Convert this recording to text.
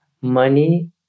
money